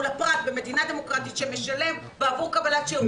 מול הפרט במדינה דמוקרטית שמשלם בעבור קבלת שירות,